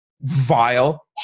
vile